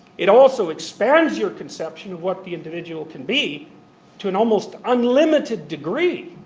it also expands your conception of what the individual can be to an almost unlimited degree.